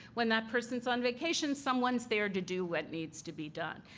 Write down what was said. when that person is on vacation, someone is there to do what needs to be done,